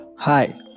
Hi